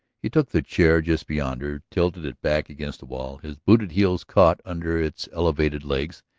he took the chair just beyond her, tilted it back against the wall, his booted heels caught under its elevated legs,